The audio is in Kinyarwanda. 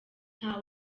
nta